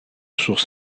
source